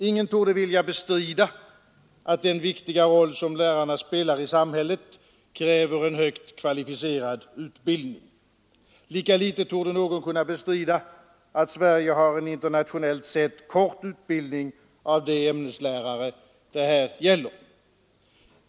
Ingen torde vilja bestrida att den viktiga roll som lärarna spelar i samhället kräver en högt kvalificerad utbildning. Lika litet torde någon kunna bestrida att Sverige har en internationellt sett kort utbildning av de ämneslärare det här gäller.